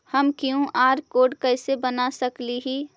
हम QR code कैसे बना सकली ही?